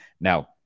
Now